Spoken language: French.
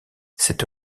cette